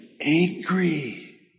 angry